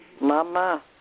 Mama